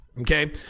okay